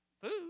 food